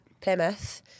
plymouth